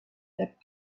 that